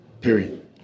Period